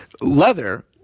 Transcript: Leather